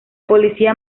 policía